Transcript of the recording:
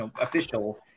official –